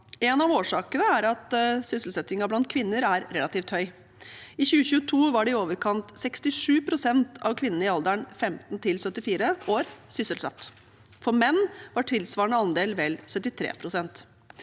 En av årsakene er at sysselsettingen blant kvinner er relativt høy. I 2022 var i overkant av 67 pst. av kvinnene i alderen 15–74 år sysselsatt. For menn var tilsvarende andel vel 73 pst.